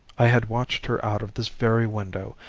i had watched her out of this very window,